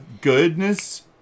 Goodness